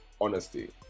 honesty